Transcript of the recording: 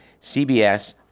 CBS